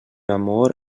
amor